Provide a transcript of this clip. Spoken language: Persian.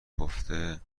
گفته